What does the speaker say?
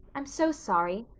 i'm so sorry.